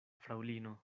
fraŭlino